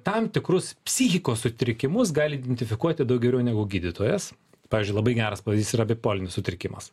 tam tikrus psichikos sutrikimus gali identifikuoti daug geriau negu gydytojas pavyzdžiui labai geras pavyzdys yra bipolinis sutrikimas